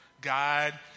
God